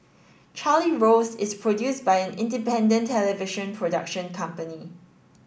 Charlie Rose is produced by an independent television production company